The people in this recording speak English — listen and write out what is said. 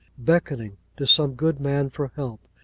beckoning to some good man for help,